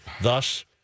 Thus